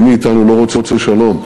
מי מאתנו לא רוצה שלום?